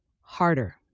Harder